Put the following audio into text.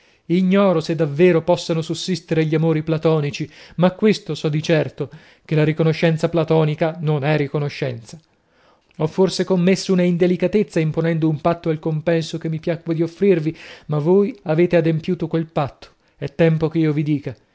ignoro se davvero possano sussistere gli amori platonici ma questo so di certo che la riconoscenza platonica non è riconoscenza ho forse commesso una indelicatezza imponendo un patto al compenso che mi piacque di offrirvi ma voi avete adempiuto quel patto è tempo che io vi dica